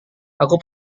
aku